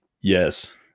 Yes